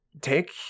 take